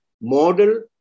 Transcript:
model